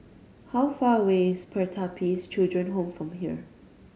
how far away is Pertapis Children Home from here